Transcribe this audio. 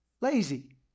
Lazy